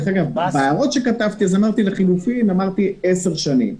בהערות שכתבתי אמרתי עשר שנים,